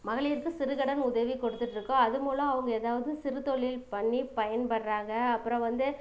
மகளீருக்கு சிறுகடன் உதவி கொடுத்துட்ருக்கோம் அது மூலம் அவங்க எதாவது சிறு தொழில் பண்ணி பயன்படுறாங்க அப்புறம் வந்து